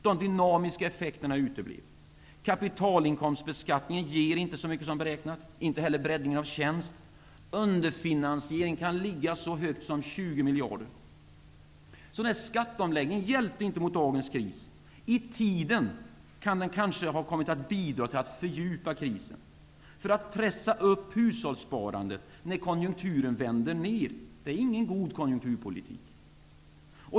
De dynamiska effekterna uteblev. Kapitalinkomstbeskattningen ger inte så mycket som beräknat, inte heller breddningen av tjänst. Underfinansieringen kan gälla så mycket som 20 Skatteomläggningen hjälpte alltså inte mot dagens kris. Som den låg i tiden kom den kanske att bidra till att krisen fördjupades. Att pressa hushållssparandet uppåt när konjunkturen vänder neråt är ju inte en god konjunkturpolitik.